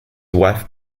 wife